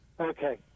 Okay